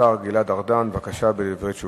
השר גלעד ארדן, בבקשה, דברי תשובה.